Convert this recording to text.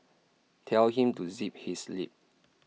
tell him to zip his lip